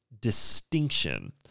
distinction